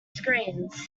screens